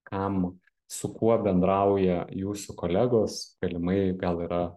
kam su kuo bendrauja jūsų kolegos galimai gal yra